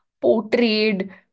portrayed